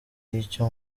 y’icyo